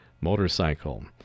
motorcycle